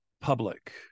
public